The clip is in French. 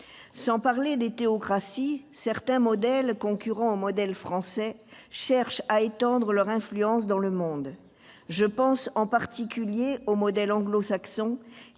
Sans parler des théocraties, certains modèles concurrents au modèle français cherchent à étendre leur influence dans le monde. Je pense en particulier au modèle anglo-saxon,